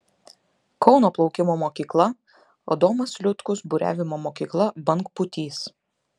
kauno plaukimo mokykla adomas liutkus buriavimo mokykla bangpūtys